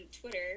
Twitter